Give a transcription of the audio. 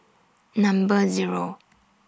Number Zero